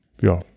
ja